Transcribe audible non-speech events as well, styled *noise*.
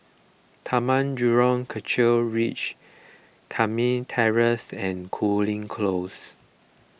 Tanah Merah Kechil Ridge *unintelligible* Terrace and Cooling Close